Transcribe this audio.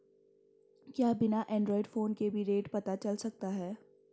क्या बिना android phone के भी रेट पता चल सकता है?